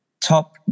Top